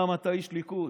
למה אתה איש ליכוד.